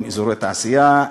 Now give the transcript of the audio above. עם אזורי תעשייה,